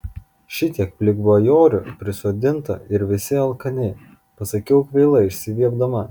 šitiek plikbajorių prisodinta ir visi alkani pasakiau kvailai išsiviepdama